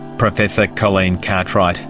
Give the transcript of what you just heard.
professor colleen cartwright.